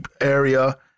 area